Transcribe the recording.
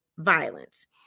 Violence